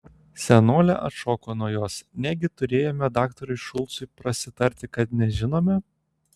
senolė atšoko nuo jos negi turėjome daktarui šulcui prasitarti kad nežinome